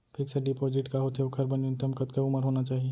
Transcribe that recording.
Fix deposit का होथे ओखर बर न्यूनतम कतका उमर होना चाहि?